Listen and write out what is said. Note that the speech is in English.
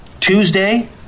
Tuesday